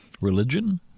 Religion